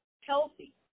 healthy